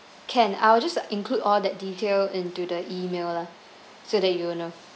can I'll just include all that detail into the email lah so that you know